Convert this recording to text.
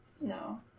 No